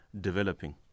developing